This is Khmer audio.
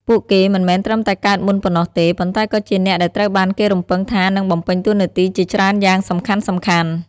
ពួកគេមិនមែនត្រឹមតែកើតមុនប៉ុណ្ណោះទេ ប៉ុន្តែក៏ជាអ្នកដែលត្រូវបានគេរំពឹងថានឹងបំពេញតួនាទីជាច្រើនយ៉ាងសំខាន់ៗ។